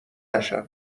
نشم